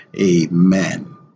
Amen